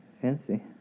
Fancy